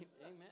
Amen